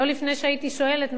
לא לפני שהייתי שואלת,